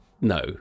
No